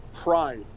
pride